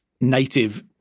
native